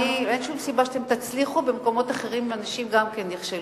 אין שום סיבה שאתם תצליחו במקומות שאנשים אחרים גם כן נכשלו.